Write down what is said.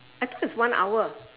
I thought it's one hour